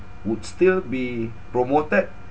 would still be promoted